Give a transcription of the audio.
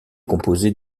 composée